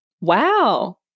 wow